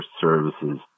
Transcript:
services